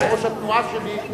ראש התנועה שלי,